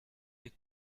est